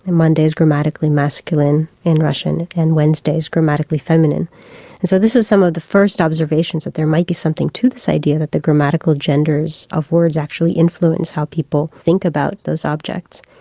and monday is grammatically masculine in russian and wednesday is grammatically feminine so this is some of the first observations that there might be something to this idea that the grammatical genders of words actually influence how people think about those objects.